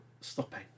stopping